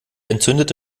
entzündete